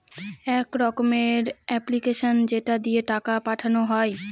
এক রকমের এপ্লিকেশান যেটা দিয়ে টাকা পাঠানো হয়